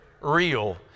real